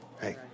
Hey